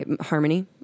Harmony